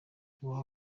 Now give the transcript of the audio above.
guha